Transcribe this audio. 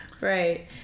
Right